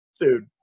dude